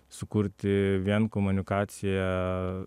sukurti vien komunikaciją